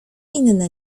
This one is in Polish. inne